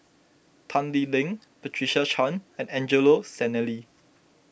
Tan Lee Leng Patricia Chan and Angelo Sanelli